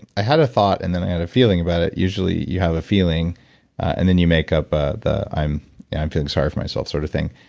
i had a thought and then i had a feeling about it. usually, you have a feeling and then you make up ah the i'm and i'm feeling sorry for myself sort of thing.